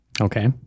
Okay